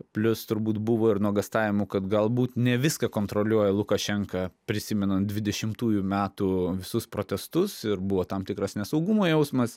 plius turbūt buvo ir nuogąstavimų kad galbūt ne viską kontroliuoja lukašenka prisimenant dvidešimtųjų metų visus protestus ir buvo tam tikras nesaugumo jausmas